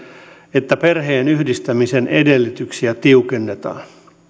että perheenyhdistämisen edellytyksiä tiukennetaan